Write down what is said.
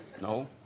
No